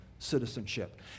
citizenship